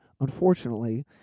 unfortunately